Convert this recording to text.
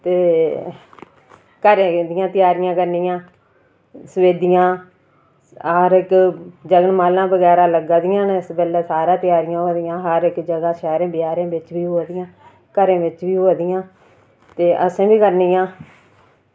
ते घरें दियां त्यारियां करनियां सफेदियां हर इक्क जगनमालां लग्गां दियां इसलै सारे त्यारियां होआ दियां हर इक्क जगह शैह्रें बाजारै बिच बी होआ दियां ते घरै बिच बी होआ दियां असें बी करनियां